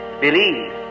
believe